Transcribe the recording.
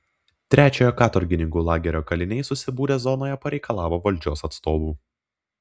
trečiojo katorgininkų lagerio kaliniai susibūrę zonoje pareikalavo valdžios atstovų